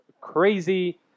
crazy